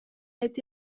été